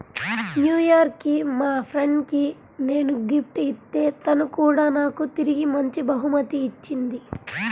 new year కి మా friend కి నేను గిఫ్ట్ ఇత్తే తను కూడా నాకు తిరిగి మంచి బహుమతి ఇచ్చింది